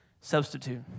substitute